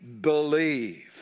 believe